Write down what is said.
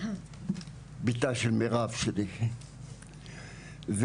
ביתה של מירב שלי,